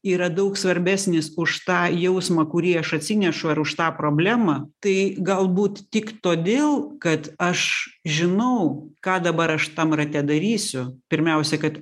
yra daug svarbesnis už tą jausmą kurį aš atsinešu ar už tą problemą tai galbūt tik todėl kad aš žinau ką dabar aš tam rate darysiu pirmiausia kad